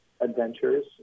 adventures